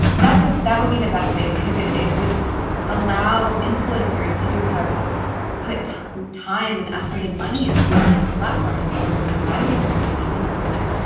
that's that would be the best way, because it it would allow influencers who have put time and effort and money into building up their platform. and some of them, their livelihoods are dependent upon it.